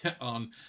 on